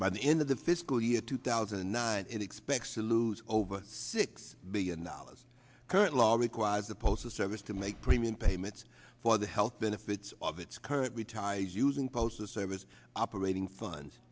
by the end of the fiscal year two thousand and nine it expects to lose over six billion dollars current law requires the postal service to make premium payments for the health benefits of its current retirees using postal service operating funds